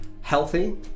healthy